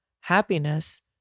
happiness